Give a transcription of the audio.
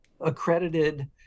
accredited